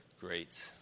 great